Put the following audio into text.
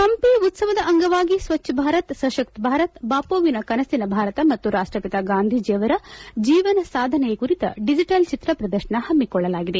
ಹಂಪಿ ಉತ್ತವದ ಅಂಗವಾಗಿ ಸ್ವಚ್ಛ ಭಾರತ ಸಶಕ್ತ ಭಾರತ ಬಾಪುವಿನ ಕನಸಿನ ಭಾರತ ಮತ್ತು ರಾಷ್ಟಪಿತ ಗಾಂಧೀಜಿ ಅವರ ಜೀವನ ಸಾಧನೆ ಕುರಿತ ಡಿಜೆಟಲ್ ಚಿತ್ರ ಪ್ರದರ್ಶನ ಹಮ್ಮಿಕೊಳ್ಳಲಾಗಿದೆ